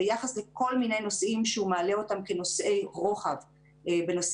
ביחס לכל מיני נושאים שהוא מעלה אותם כנושאי רוחב בנושא